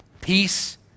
Peace